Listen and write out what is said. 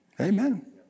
Amen